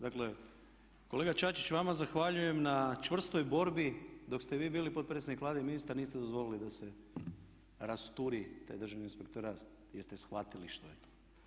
Dakle, kolega Čačić vama zahvaljujem na čvrstoj borbi dok ste vi bili potpredsjednik Vlade i ministar niste dozvolili da se rasturi taj Državni inspektorat, jer ste shvatili što je to.